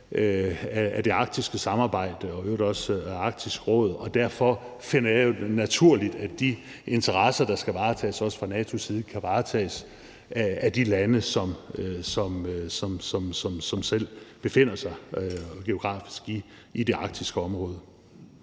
af det arktiske samarbejde og i øvrigt også af Arktisk Råd, og derfor finder jeg det naturligt, at de interesser, der skal varetages fra NATO's side, kan varetages af de lande, som selv geografisk befinder sig i det arktiske område.